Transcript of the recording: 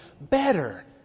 better